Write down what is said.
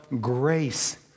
grace